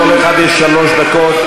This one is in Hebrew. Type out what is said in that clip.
לכל אחד יש שלוש דקות.